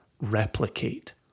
replicate